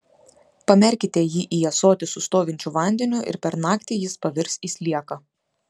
pamerkite jį į ąsotį su stovinčiu vandeniu ir per naktį jis pavirs į slieką